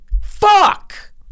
Fuck